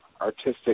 artistic